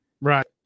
Right